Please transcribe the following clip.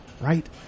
Right